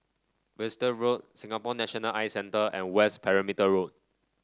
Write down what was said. Wiltshire Road Singapore National Eye Centre and West Perimeter Road